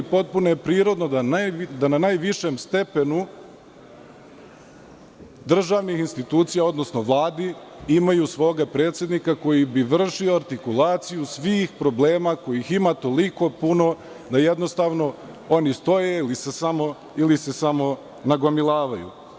Potpuno je prirodno da na najvišem stepenu državnih institucija, odnosno Vladi imaju svoga predsednika koji bi vršio artikulaciju svih problema kojih ima toliko puno da jednostavno oni stoje ili se samo nagomilavaju.